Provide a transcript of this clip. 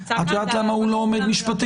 את יודעת למה הוא לא עומד משפטית?